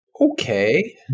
Okay